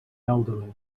elderly